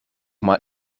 mal